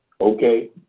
Okay